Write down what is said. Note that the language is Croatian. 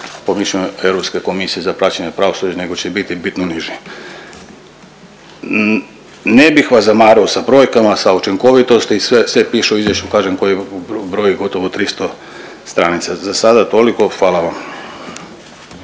Europske komisije za plaćanje pravosuđe, nego će biti bitno niži. Ne bih vas zamarao sa brojkama, sa učinkovitosti, sve piše u izvješću kažem koje broji gotovo 300 stranica. Za sada toliko. Hvala vam.